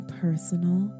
personal